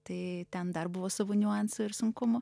tai ten dar buvo savo niuansų ir sunkumų